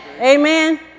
Amen